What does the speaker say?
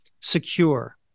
secure